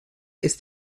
ist